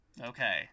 Okay